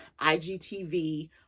IGTV